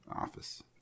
office